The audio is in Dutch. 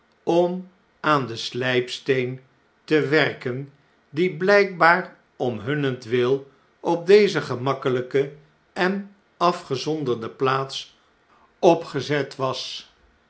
om aan den slijpsteen tewerken die blijkbaar om hunnentwil op deze gemakkelpe en afgezonderde plaats opgezet was